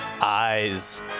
eyes